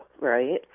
right